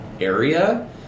Area